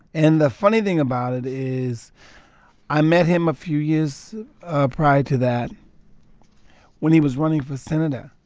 and the funny thing about it is i met him a few years ah prior to that when he was running for senator.